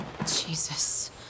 Jesus